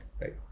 right